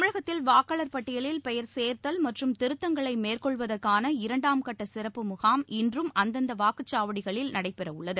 தமிழகத்தில் வாக்காளர் பட்டியலில் பெயர் சேர்த்தல் மற்றும் திருத்தங்களை மேற்கொள்வதற்கான இரண்டாம் கட்ட சிறப்பு முகாம் இன்றும் அந்தந்த வாக்குச்சாவடிகளில் நடைபெற உள்ளது